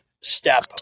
step